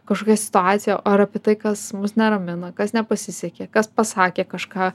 kažkokia situacija ar apie tai kas mus neramina kas nepasisekė kas pasakė kažką